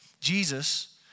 Jesus